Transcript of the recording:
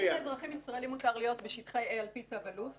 האם לאזרחים ישראלים מותר להיות בשטחי A על פי צו אלוף?